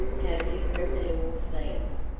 how different it all seemed,